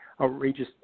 outrageous